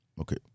Okay